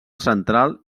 central